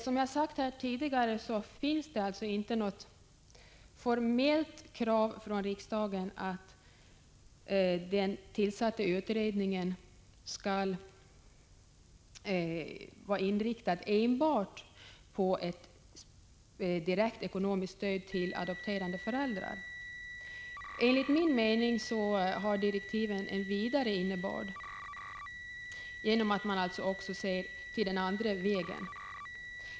Som jag sagt tidigare finns det inte något formellt krav från riksdagen på att den tillsatta utredningen skall vara inriktad enbart på ett direkt ekonomiskt stöd till adopterande föräldrar. Enligt min mening har direktiven en vidare innebörd, genom att de också anger andra möjligheter.